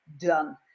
done